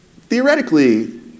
Theoretically